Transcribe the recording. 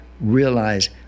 realize